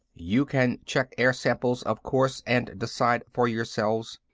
you can check air samples, of course, and decide for yourselves.